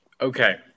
Okay